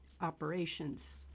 operations